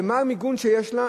ומה המיגון שיש לה?